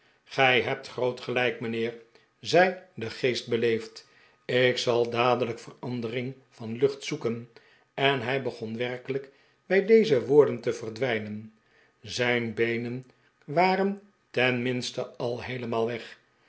gij hebt groot gelijk mijnheer zei de geest beleefd ik zal dadelijk verandering van lucht zoeken en hij begon werkelijk bij deze woorden te verdwijnen zijn beenen waren ten minste al heelemaal weg